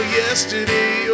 yesterday